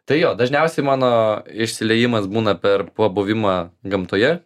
tai jo dažniausiai mano išsiliejimas būna per pabuvimą gamtoje